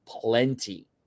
plenty